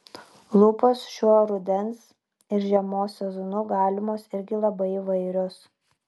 lūpos šiuo rudens ir žiemos sezonu galimos irgi labai įvairios